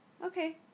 Okay